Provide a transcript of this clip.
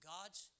God's